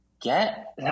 get